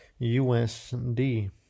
USD